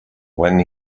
when